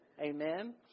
Amen